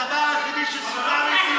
הדבר היחיד שסוכם איתי, עם